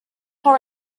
for